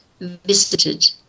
visited